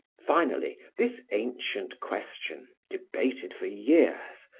finally, this ancient question, debated for years,